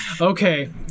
okay